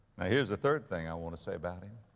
here's the third thing i want to say about him